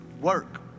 Work